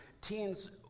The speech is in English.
teens